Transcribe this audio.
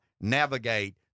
navigate